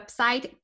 website